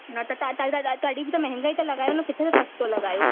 न त तव्हां तॾहिं बि त महांगा था लॻायो न किथे सस्तो त लॻायो